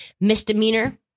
misdemeanor